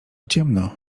ciemno